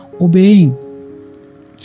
obeying